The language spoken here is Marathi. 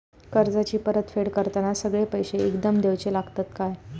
कर्जाची परत फेड करताना सगळे पैसे एकदम देवचे लागतत काय?